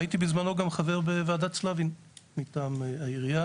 והייתי בזמנו גם חבר בוועדת סלבין מטעם העירייה,